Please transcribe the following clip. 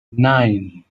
nine